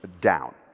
down